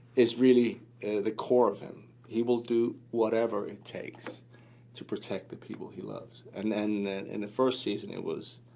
is really the core of him. he will do whatever it takes to protect the people he loves. and then in the first season, it was